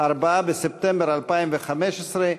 4 בספטמבר 2015,